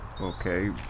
Okay